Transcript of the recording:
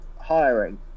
hiring